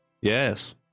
Yes